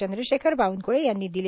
चंद्रशेखर बावनकुळे यांनी दिले